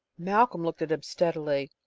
malcolm looked at him steadily.